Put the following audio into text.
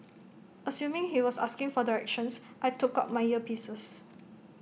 assuming he was asking for directions I took out my earpieces